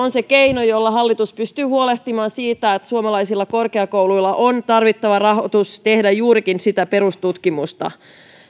on se keino jolla hallitus pystyy huolehtimaan siitä että suomalaisilla korkeakouluilla on tarvittava rahoitus tehdä juurikin sitä perustutkimusta